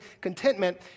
contentment